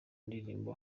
ndirimbo